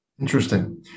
Interesting